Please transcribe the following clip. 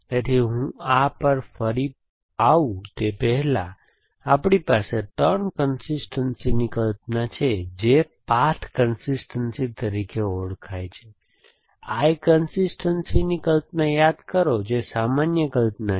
તેથી હું આ પર ફરી આવું તે પહેલાં આપણી પાસે 3 કન્સિસ્ટનસીની કલ્પના છે જે પાથ કન્સિસ્ટનસી તરીકે ઓળખાય છે I કન્સિસ્ટનસીની કલ્પના યાદ કરો જે સામાન્ય કલ્પના છે